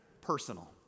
personal